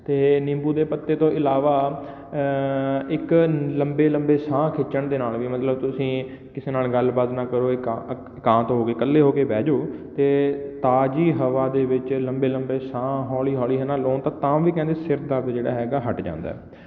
ਅਤੇ ਨਿੰਬੂ ਦੇ ਪੱਤੇ ਤੋਂ ਇਲਾਵਾ ਇੱਕ ਲੰਬੇ ਲੰਬੇ ਸਾਹ ਖਿੱਚਣ ਦੇ ਨਾਲ ਵੀ ਮਤਲਬ ਤੁਸੀਂ ਕਿਸੇ ਨਾਲ ਗੱਲ ਬਾਤ ਨਾ ਕਰੋ ਇਕਾਂਤ ਹੋ ਕੇ ਇੱਕਲੇ ਹੋ ਕੇ ਬਹਿ ਜੋ ਅਤੇ ਤਾਜ਼ੀ ਹਵਾ ਦੇ ਵਿੱਚ ਲੰਬੇ ਲੰਬੇ ਸਾਹ ਹੌਲੀ ਹੌਲੀ ਹੈ ਨਾ ਲਉ ਤਾਂ ਤਾਂ ਵੀ ਕਹਿੰਦੇ ਸਿਰ ਦਰਦ ਜਿਹੜਾ ਹੈਗਾ ਹਟ ਜਾਂਦਾ